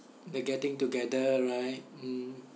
the getting together right